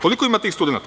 Koliko ima tih studenata?